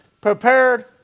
prepared